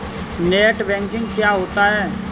Net banking क्या होता है?